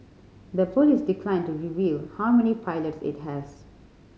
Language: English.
the police declined to reveal how many pilots it has